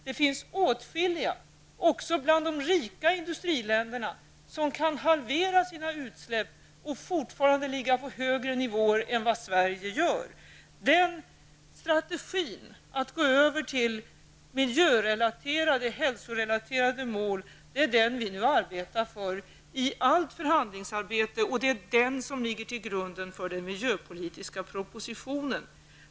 Det finns åtskilliga, också bland de rika industriländerna, som kan halvera sina utsläpp och fortfarande ligga på högre nivåer än vad Sverige gör. Nu arbetar vi i allt förhandlingsarbete för strategin att gå över till miljö och hälsorelaterade mål. Den ligger också till grund för den miljöpolitiska propositionen.